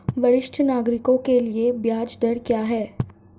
वरिष्ठ नागरिकों के लिए ब्याज दर क्या हैं?